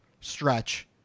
stretch